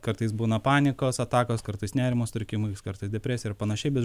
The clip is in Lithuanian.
kartais būna panikos atakos kartais nerimo sutrikimai kartais depresija ir panašiai bet